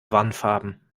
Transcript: warnfarben